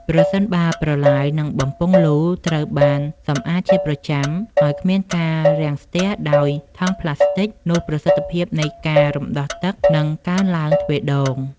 ប្រសិនបើប្រឡាយ និងបំពង់លូត្រូវបានសម្អាតជាប្រចាំ ហើយគ្មានការរាំងស្ទះដោយថង់ប្លាស្ទិក នោះប្រសិទ្ធភាពនៃការរំដោះទឹកនឹងកើនឡើងទ្វេដង។